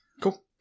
cool